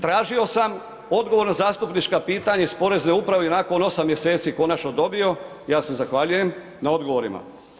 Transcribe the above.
Tražio sam odgovor na zastupnička pitanja iz porezne uprave i nakon 8 mjeseci konačno dobio, ja se zahvaljujem na odgovorima.